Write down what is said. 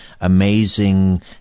amazing